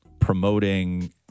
promoting